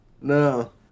No